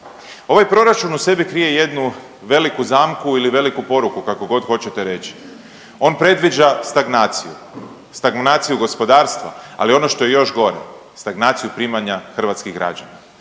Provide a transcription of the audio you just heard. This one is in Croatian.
Ovaj proračun u sebi krije jednu veliku zamku ili veliku poruku, kako god hoćete reći. On predviđa stagnaciju. Stagnaciju gospodarstva, ali ono što je još gore, stagnaciju primanja hrvatskih građana.